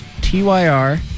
TYR